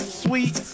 sweet